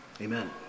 Amen